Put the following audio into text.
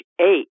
eight